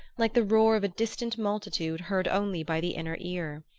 like the roar of a distant multitude heard only by the inner ear.